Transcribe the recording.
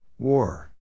War